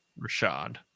Rashad